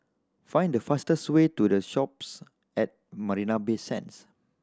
find the fastest way to The Shoppes at Marina Bay Sands